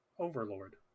overlord